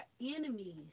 enemies